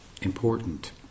important